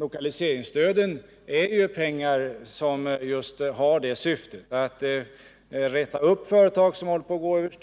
Lokaliseringsstödet syftar